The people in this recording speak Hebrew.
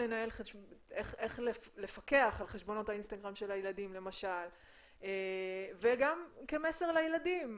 איך לפקח על חשבונות האינסטגרם של הילדים למשל וגם כמסר לילדים,